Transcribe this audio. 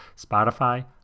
Spotify